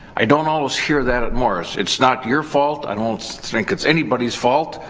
i don't always hear that at morris. it's not your fault. i don't think it's anybody's fault.